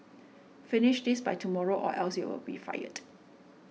finish this by tomorrow or else you'll be fired